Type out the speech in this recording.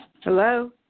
Hello